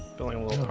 billing will